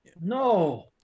No